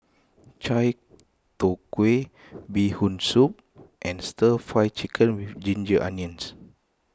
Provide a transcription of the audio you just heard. Chai Tow Kuay Bee Hoon Soup and Stir Fried Chicken with Ginger Onions